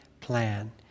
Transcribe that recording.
plan